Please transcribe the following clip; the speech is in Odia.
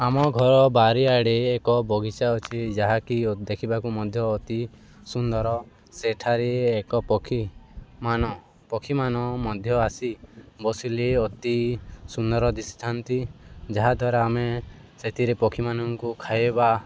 ଆମ ଘର ବାରିଆଡ଼େ ଏକ ବଗିଚା ଅଛି ଯାହାକି ଦେଖିବାକୁ ମଧ୍ୟ ଅତି ସୁନ୍ଦର ସେଠାରେ ଏକ ପକ୍ଷୀମାନ ପକ୍ଷୀମାନ ମଧ୍ୟ ଆସି ବସିଲେ ଅତି ସୁନ୍ଦର ଦିଶିଥାନ୍ତି ଯାହାଦ୍ୱାରା ଆମେ ସେଥିରେ ପକ୍ଷୀମାନଙ୍କୁ ଖାଇବା